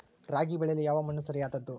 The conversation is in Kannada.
ರಾಗಿ ಬೆಳೆಯಲು ಯಾವ ಮಣ್ಣು ಸರಿಯಾದದ್ದು?